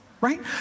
right